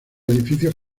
edificios